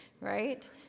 Right